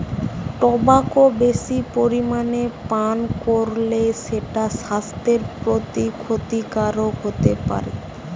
tobacco বেশি পরিমাণে পান কোরলে সেটা সাস্থের প্রতি ক্ষতিকারক হোতে পারে